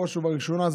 בראש ובראשונה.